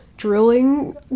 drilling